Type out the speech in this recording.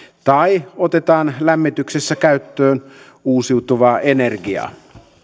tai otetaan lämmityksessä käyttöön uusiutuvaa energiaa